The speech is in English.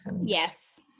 Yes